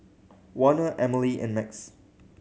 Warner Emily and Max